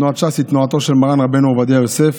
תנועת ש"ס היא תנועתו של מרן רבנו עובדיה יוסף.